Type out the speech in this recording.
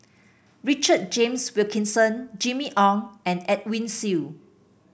Richard James Wilkinson Jimmy Ong and Edwin Siew